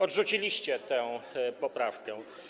Odrzuciliście tę poprawkę.